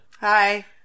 Hi